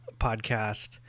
podcast